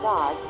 God